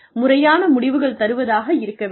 முறையான முடிவுகள் தருவதாக இருக்க வேண்டும்